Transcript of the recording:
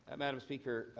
ah madam speaker,